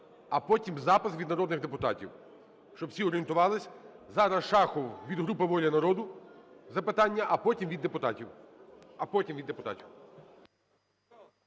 а потім запис від народних депутатів, щоб всі орієнтувались. Зараз Шахов від групи "Воля народу" запитання, а потім від депутатів.